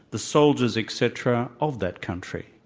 the soldiers, et cetera of that country.